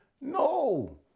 No